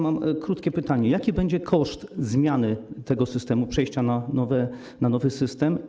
Mam krótkie pytania: Jaki będzie koszt zmiany tego systemu, przejścia na nowy system?